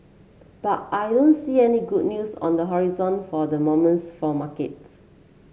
but I don't see any good news on the horizon for the moments for markets